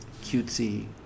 cutesy